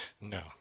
No